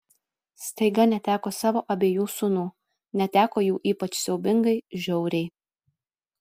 staiga neteko savo abiejų sūnų neteko jų ypač siaubingai žiauriai